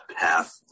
path